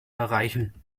erreichen